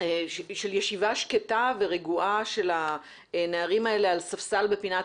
של ישיבה שקטה ורגועה של הנערים האלה על ספסל בפינת